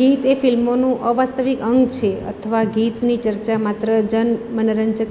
ગીત એ ફિલ્મોનું અવાસ્તવિક અંગ છે અથવા ગીતની ચર્ચા માત્ર જનમનોરંજક